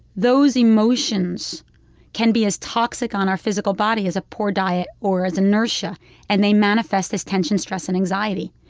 those emotions can be as toxic on our physical body as a poor diet or as inertia and they manifest as tension, stress, and anxiety.